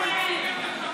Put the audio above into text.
בצלאל.